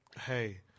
hey